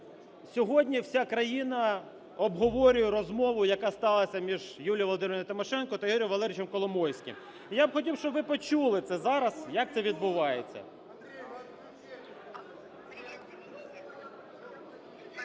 Сьогодні вся країна обговорює розмову, яка сталася між Юлією Володимирівною Тимошенко та Юрієм Валерійовичем Коломойським. Я б хотів, щоб ви почули це зараз, як це відбувається.